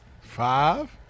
five